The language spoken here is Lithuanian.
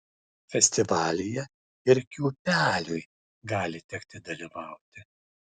festivalyje ir kiūpeliui gali tekti dalyvauti